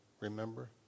remember